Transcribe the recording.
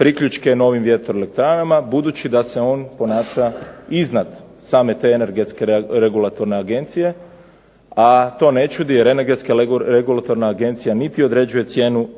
priključke novim vjetroelektranama budući da se on ponaša iznad same te Energetske regulatorne agencije, a to ne čudi jer Energetska regulatorna agencija niti određuje cijenu